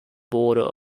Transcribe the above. border